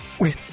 win